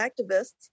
activists